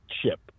ship